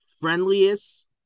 friendliest